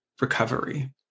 recovery